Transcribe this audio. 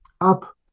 up